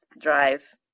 drive